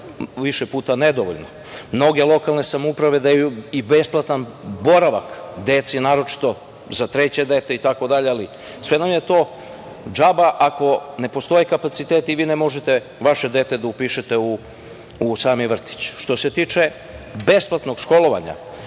više puta nedovoljno. Mnoge lokalne samouprave daju i besplatan boravak deci, naročito za treće dete. Ali sve nam je to džaba ako ne postoje kapaciteti i vi ne možete vaše dete da upišete u sami vrtić. Što se tiče besplatnog školovanja,